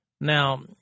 Now